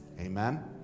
Amen